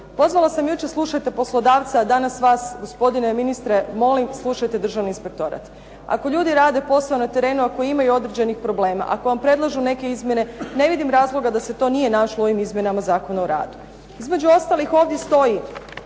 pozvala sam jučer slušajte poslodavca a danas vas gospodine ministre molim slušajte Državni inspektorat. Ako ljudi rade posao na terenu, ako imaju određenih problema, ako vam predlažu neke izmjene ne vidim razloga da se to nije našlo u ovim izmjenama Zakona o radu. Između ostalog ovdje stoji